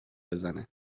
بزنه